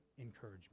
encouragement